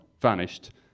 vanished